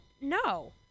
No